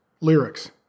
lyrics